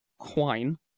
quine